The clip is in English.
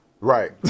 right